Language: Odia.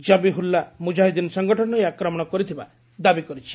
ଜବିହୁଲ୍ଲା ମୁଜାହିଦ୍ଦିନ୍ ସଙ୍ଗଠନ ଏହି ଆକମଣ କରିଥିବା ଦାବି କରିଛି